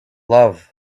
love